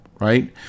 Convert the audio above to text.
right